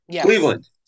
Cleveland